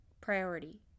priority